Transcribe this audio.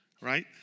Right